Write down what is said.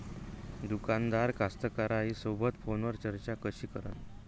दुकानदार कास्तकाराइसोबत फोनवर चर्चा कशी करन?